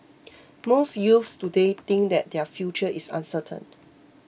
most youths today think that their future is uncertain